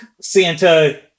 Santa